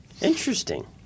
Interesting